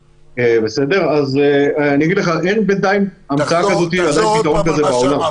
אין בינתיים המצאה כזאת או פתרון כזה בעולם.